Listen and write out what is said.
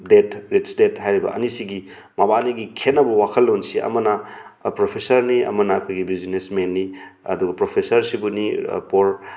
ꯗꯦꯗ rich dad ꯍꯥꯏꯔꯤꯕ ꯑꯅꯤꯁꯤꯒꯤ ꯃꯕꯥꯅꯤꯒꯤ ꯈꯦꯠꯅꯕ ꯋꯥꯈꯜꯂꯣꯟꯁꯤ ꯑꯃꯅ ꯄ꯭ꯔꯣꯐꯦꯁꯥꯔꯅꯤ ꯑꯃꯅ ꯑꯩꯈꯣꯏꯒꯤ ꯕ꯭ꯌꯨꯖꯤꯅꯦꯁ ꯃꯦꯟꯅꯤ ꯑꯗꯨ ꯄ꯭ꯔꯣꯐꯦꯁꯥꯔꯁꯤꯕꯨꯅꯤ ꯄꯣꯔ